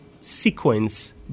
sequence